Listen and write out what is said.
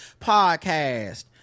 podcast